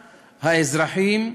האזרחים,